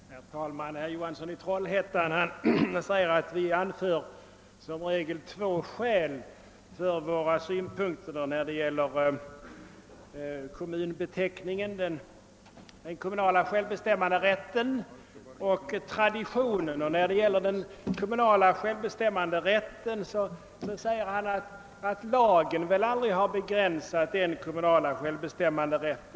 Herr talman! Herr Johansson i Trollhättan säger att vi som regel anför två skäl för våra ståndpunkter när det gäller kommunbeteckningen: den kommunala självbestämmanderätten och traditionen. Och när det gäller den kommunala självbestämmanderätten framhåller herr Johansson att lagen väl aldrig har begränsat denna.